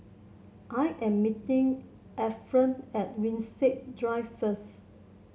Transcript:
I am meeting Ephram at Winstedt Drive first